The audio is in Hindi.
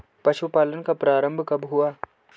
पशुपालन का प्रारंभ कब हुआ?